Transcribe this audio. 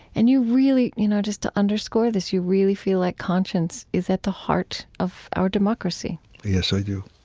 and you really you know, just to underscore this, you really feel like conscience is at the heart of our democracy yes, i do.